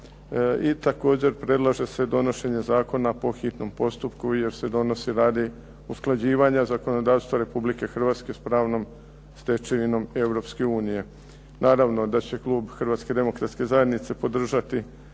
i također predlaže se donošenje zakona po hitnom postupku jer se donosi radi usklađivanja zakonodavstva Republike Hrvatske sa pravnom stečevinom Europske unije. Naravno da će klub Hrvatske demokratske zajednice podržati